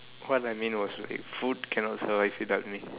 what I mean was like food cannot survive without me